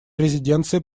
резиденцией